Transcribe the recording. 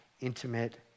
intimate